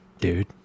dude